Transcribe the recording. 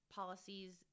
policies